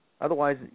Otherwise